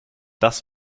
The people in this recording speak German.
das